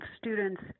students